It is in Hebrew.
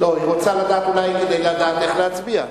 היא רוצה לדעת אולי כדי לדעת איך להצביע.